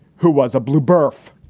who was a blue berth.